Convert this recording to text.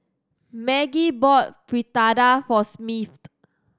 Maggie bought Fritada for Smith